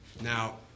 Now